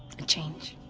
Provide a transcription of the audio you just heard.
and change.